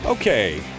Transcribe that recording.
Okay